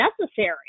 necessary